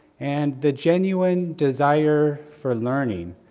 and the genuine desire for learning,